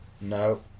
No